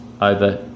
over